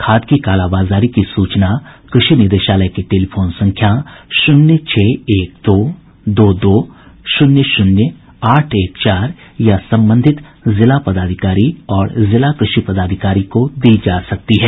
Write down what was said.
खाद कालाबाजारी की सूचना कृषि निदेशालय के टेलीफोन संख्या शून्य छह एक दो दो दो शून्य शून्य आठ एक चार या जिला पदाधिकारी और जिला कृषि पदाधिकारी को दी जा सकती है